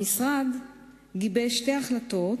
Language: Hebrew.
המשרד גיבש שתי החלטות